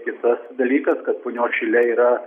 kitas dalykas kad punios šile yra